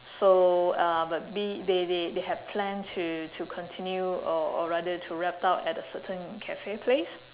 so uh but B they they they had planned to to continue or or rather to wrap up at a certain cafe place